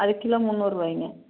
அது கிலோ முன்னூறுரூவாய்ங்க